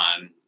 on